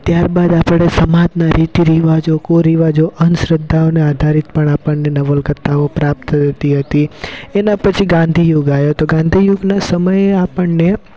ત્યારબાદ આપણે સમાજના રીતિરિવાજો કુરિવાજો અંધ શ્રદ્ધાઓને આધારિત પણ આપણને નવલકથાઓ પ્રાપ્ત થતી હતી એના પછી ગાંધી યુગ આવ્યો તો ગાંધી યુગના સમયે આપણને